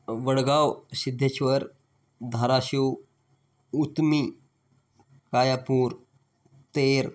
Vadgaon Siddheshwar Dharashiv Utmi Kayapur Ter